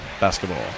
basketball